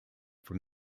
from